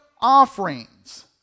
offerings